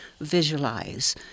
visualize